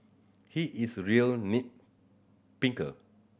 he is a real nit picker